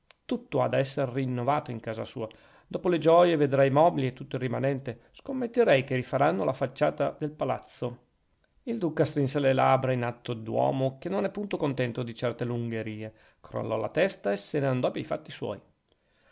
tutto ha da essere rinnovato in casa sua dopo le gioie vedrà i mobili e tutto il rimanente scommetterei che rifaranno la facciata al palazzo il duca strinse le labbra in atto d'uomo che non è punto contento di certe lungherie crollò la testa e se ne andò pei fatti suoi